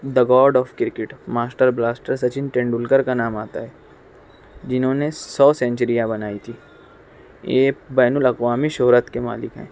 the god of cricket master blaster Sachin Tendulkar کا نام آتا ہے جنہوں نے سو سینچریاں بنائی تھی یہ بین الاقوامی شہرت کے مالک ہیں